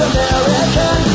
American